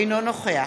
אינו נוכח